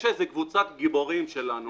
יש קבוצת גיבורים שלנו